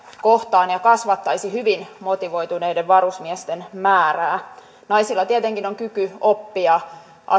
kohtaan ja kasvattaisi hyvin motivoituneiden varusmiesten määrää naisilla tietenkin on kyky oppia